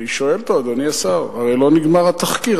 אני שואל אותו: אדוני השר, הרי לא נגמר התחקיר.